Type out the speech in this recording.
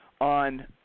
on